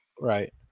Right